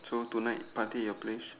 so tonight party at your place